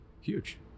Huge